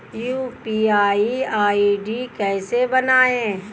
UPI ID कैसे बनाएं?